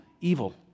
evil